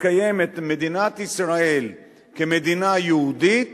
לקיים את מדינת ישראל כמדינה יהודית